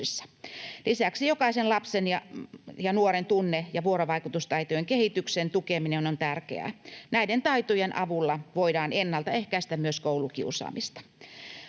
Lisäksi jokaisen lapsen ja nuoren tunne- ja vuorovaikutustaitojen kehityksen tukeminen on tärkeää. Näiden taitojen avulla voidaan ennaltaehkäistä myös koulukiusaamista.